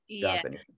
Japanese